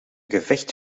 gevecht